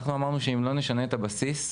אנחנו אמרנו שאם לא נשנה את הבסיס,